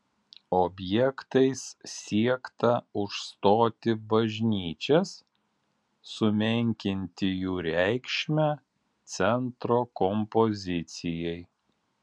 objektais siekta užstoti bažnyčias sumenkinti jų reikšmę centro kompozicijai